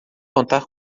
contar